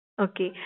okay